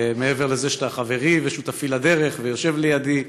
מעבר לזה שאתה חברי ושותפי לדרך ויושב לידי,